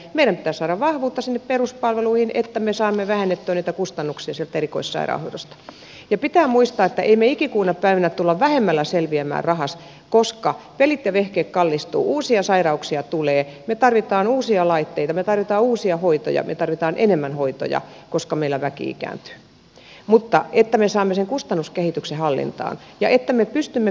meidän pitää saada vahvuutta sinne peruspalveluihin että me saamme vähennettyä niitä kustannuksia sieltä erikoissairaanhoidosta pitää muistaa että emme me iki kuuna päivänä tule vähemmällä selviämään rahassa koska pelit ja vehkeet kallistuvat uusia sairauksia tulee me tarvitsemme uusia laitteita me tarvitsemme uusia hoitoja me tarvitsemme enemmän hoitoja koska meillä väki ikääntyy mutta että me saamme sen kustannuskehityksen hallintaan ja että me pystymme pitämään sen palvelutason